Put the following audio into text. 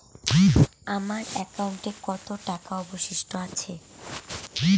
আমার একাউন্টে কত টাকা অবশিষ্ট আছে?